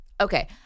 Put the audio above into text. Okay